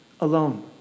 alone